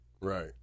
right